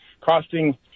costing